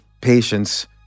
patience